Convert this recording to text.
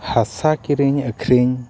ᱦᱟᱥᱟ ᱠᱤᱨᱤᱧ ᱟᱹᱠᱷᱨᱤᱧ